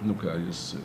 nu ką jis